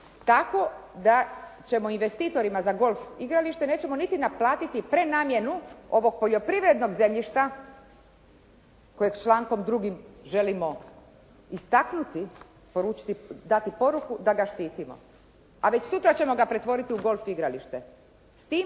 Tako da ćemo investitorima za golf igralište nećemo niti naplatiti prenamjenu ovog poljoprivrednog zemljišta kojeg člankom 2. želimo istaknuti, poručiti, dati poruku da ga štitimo. A već sutra ćemo ga pretvoriti u golf igralište s tim